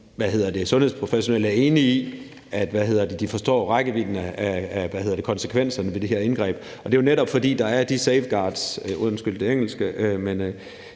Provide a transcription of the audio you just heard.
sundhedsprofessionelle er enige i, at man forstår rækkevidden af konsekvenserne ved det her indgreb. Det er jo netop, fordi der er de